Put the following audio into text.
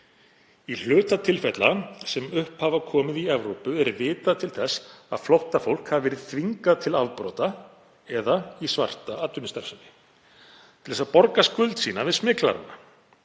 Í hluta tilfella sem upp hafa komið í Evrópu er vitað til þess að flóttafólk hafi verið þvingað til afbrota eða í „svarta atvinnustarfsemi“ til þess að borga skuld sína við smyglarana.